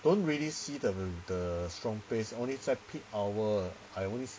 I don't really see the the strong pace only 在 peak hour I only see